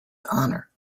honor